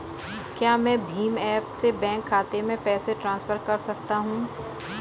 क्या मैं भीम ऐप से बैंक खाते में पैसे ट्रांसफर कर सकता हूँ?